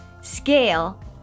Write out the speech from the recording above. scale